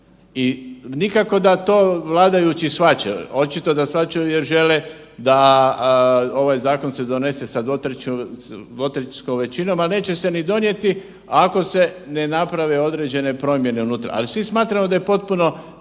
i nikako da to vladajući shvaćaju. Očito da shvaćaju jer žele da ovaj zakon se donese sa dvotrećinskom većinom, a neće se ni donijeti ako se ne naprave određene promjene unutra, ali svi smatramo da je potpuno